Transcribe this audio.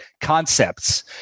concepts